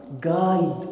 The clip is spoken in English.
guide